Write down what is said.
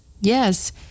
Yes